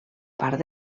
part